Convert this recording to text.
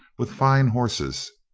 with fine horses.